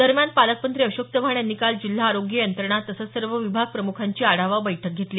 दरम्यान पालकमंत्री अशोक चव्हाण यांनी काल जिल्हा आरोग्य यंत्रणा तसंच सर्व विभाग प्रमुखांची आढावा बैठक घेतली